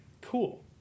cool